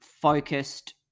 focused